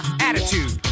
Attitude